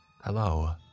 Hello